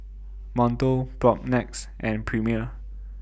Monto Propnex and Premier